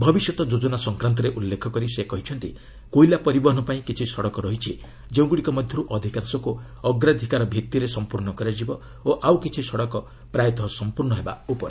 ଭବିଷ୍ୟତ୍ ଯୋଜନା ସଂକ୍ରାନ୍ତରେ ଉଲ୍ଲେଖ କରି ସେ କହିଛନ୍ତି କୋଇଲା ପରିବହନ ପାଇଁ କିଛି ସଡ଼କ ରହିଛି ଯେଉଁଗୁଡ଼ିକ ମଧ୍ୟରୁ ଅଧିକାଂଶକୁ ଅଗ୍ରାଧିକାର ଭିତ୍ତିରେ ସମ୍ପର୍ଣ୍ଣ କରାଯିବ ଓ ଆଉ କିଛି ସଡ଼କ ପ୍ରାୟତଃ ସମ୍ପର୍ଶ୍ଣ ହେବା ଉପରେ